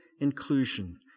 inclusion